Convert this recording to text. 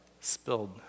spilled